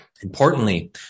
Importantly